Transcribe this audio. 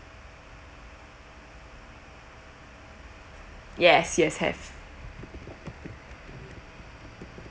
yes yes have